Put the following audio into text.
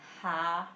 !huh!